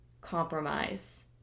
compromise